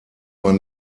man